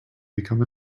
become